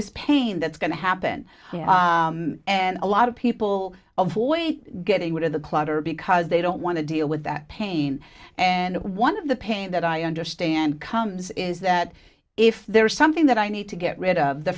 is pain that's going to happen and a lot of people of getting rid of the clutter because they don't want to deal with that pain and one of the pain that i understand comes is that if there is something that i need to get rid of the